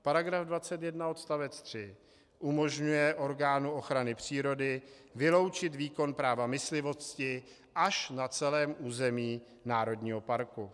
Paragraf 21 odst. 3 umožňuje orgánu ochrany přírody vyloučit výkon práva myslivosti až na celém území národního parku.